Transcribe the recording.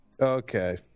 Okay